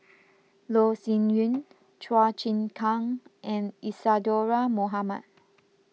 Loh Sin Yun Chua Chim Kang and Isadhora Mohamed